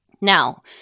Now